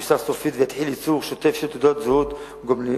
זה יושלם סופית ויתחיל ייצור שוטף של תעודות זהות גולמיות.